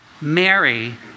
Mary